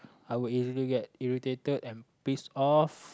I would easily get irritated and pissed off